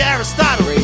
Aristotle